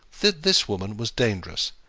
that this woman was dangerous,